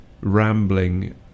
rambling